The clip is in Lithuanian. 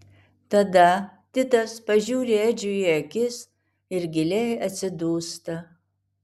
tada titas pažiūri edžiui į akis ir giliai atsidūsta